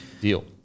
deal